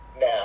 now